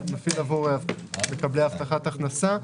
מקבלי הבטחת הכנסה.